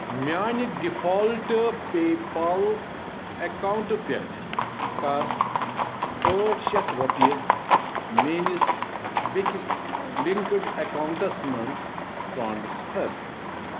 میانہِ default PayPal account پٮ۪ٹھٕ کَر ٲٹھ شتھ رۄپیہِ میٲنِس بیٚکِس لِنٛکٕڈ اکاونٹَس مَنٛز ٹرانسفر